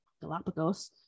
Galapagos